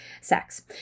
sex